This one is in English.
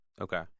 Okay